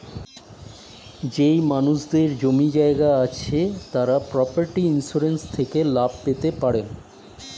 যেই মানুষদের জমি জায়গা আছে তারা প্রপার্টি ইন্সুরেন্স থেকে লাভ পেতে পারেন